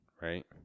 right